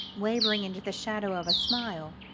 wavering into the shadow of a smile,